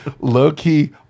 low-key